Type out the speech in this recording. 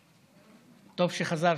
טוב שחזרת,